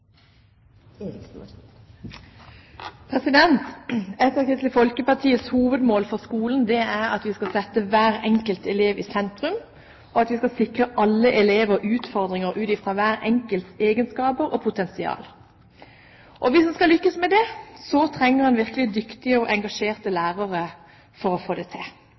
at vi skal sette hver enkelt elev i sentrum, og at vi skal sikre alle elever utfordringer ut fra hver enkelts egenskaper og potensial. Hvis en skal lykkes med det, trenger en virkelig dyktige og engasjerte lærere, og det er behov for et ytterligere trykk for lærere i grunnskole og videregående skole i form av en systematisk etter- og videreutdanning. Dette, i tillegg til